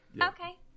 Okay